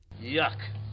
Yuck